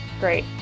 Great